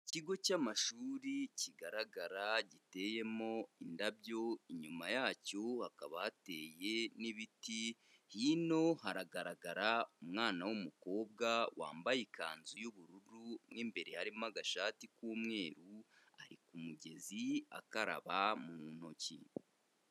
Ikigo cy’amashuri kigaragara giteyemo indabyo, inyuma yacyo hakaba hateye n’ibiti. Hino, haragaragara umwana w’umukobwa wambaye ikanzu y’ubururu, n’imbere harimo agashati k’umweru, ari ku mugezi, akaraba mu ntoki.